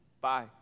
Bye